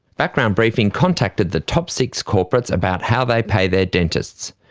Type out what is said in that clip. background briefing contacted the top six corporates about how they pay their dentists.